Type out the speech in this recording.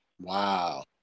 Wow